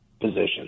position